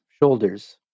shoulders